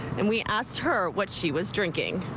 and we asked her what she was drinking.